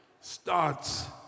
starts